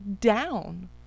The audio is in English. down